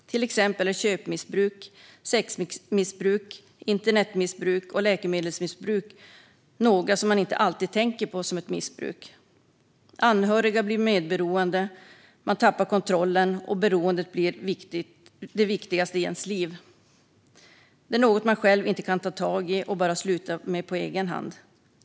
Exempel är köpmissbruk, sexmissbruk, internetmissbruk och läkemedelsmissbruk. Anhöriga blir medberoende, man tappar kontrollen och beroendet blir det viktigaste i ens liv. Detta är något man själv inte kan ta tag i och bara sluta med på egen hand.